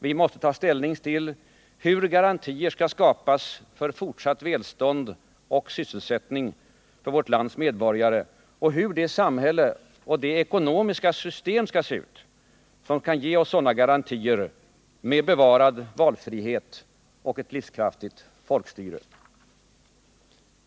Vi måste ta ställning till hur garantier skall skapas för fortsatt välstånd och sysselsättning för vårt lands medborgare och hur det samhälle och det ekonomiska system skall se ut, som kan ge oss sådana garantier med bevarad valfrihet och ett livskraftigt folkstyre.